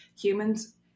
humans